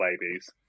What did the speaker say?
babies